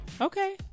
Okay